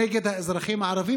נגד האזרחים הערבים.